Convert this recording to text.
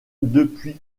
depuis